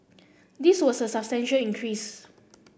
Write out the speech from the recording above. this was a substantial increase